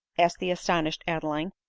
asked the astonished adeline.